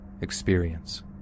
experience